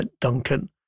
Duncan